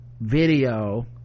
video